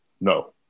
No